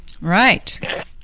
Right